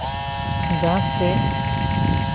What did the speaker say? ᱡᱟᱦᱟᱸ ᱥᱮᱫ